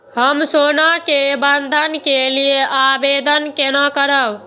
हम सोना के बंधन के लियै आवेदन केना करब?